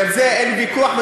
ועל זה אין ויכוח,